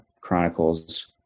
Chronicles